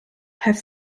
have